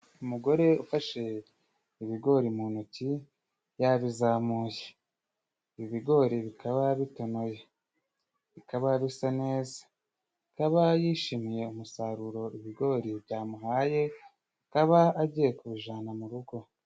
Umugore ufashe ibigori mu ntoki yabizamuye ibigori bikaba bitonoye bikaba bisa neza akaba yishimiye umusaruro ibigori byamuhaye akaba agiye kubijana mu rugo.